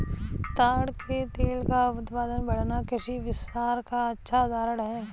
ताड़ के तेल का उत्पादन बढ़ना कृषि विस्तार का अच्छा उदाहरण है